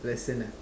person ah